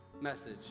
message